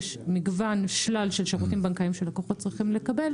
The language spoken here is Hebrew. יש שלל של שירותים בנקאיים שלקוחות צריכים לקבל